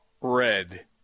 red